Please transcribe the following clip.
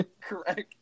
correct